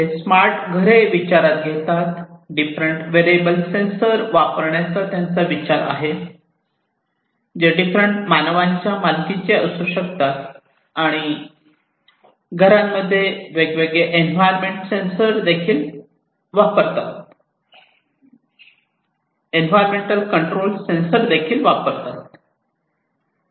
ते स्मार्ट घरे विचारात घेतात डिफरंट वेअरबल सेन्सर वापरण्यावर त्यांचा विचार आहे जे डिफरंट मानवांच्या मालकीचे असू शकतात आणि घरांमध्ये वेगवेगळे एंवीरोन्मेन्ट कंट्रोल सेन्सर देखील वापरतात